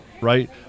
right